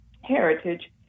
heritage